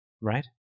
Right